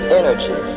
energy